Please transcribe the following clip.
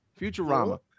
Futurama